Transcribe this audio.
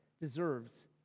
deserves